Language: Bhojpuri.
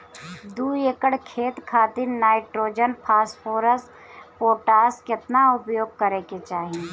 दू एकड़ खेत खातिर नाइट्रोजन फास्फोरस पोटाश केतना उपयोग करे के चाहीं?